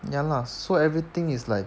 ya lah so everything is like